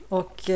och